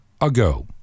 ago